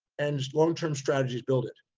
and longterm strategies build it.